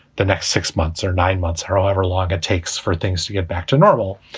the next six months or nine months, however long it takes for things to get back to normal?